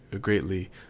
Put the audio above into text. greatly